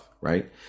right